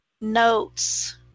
notes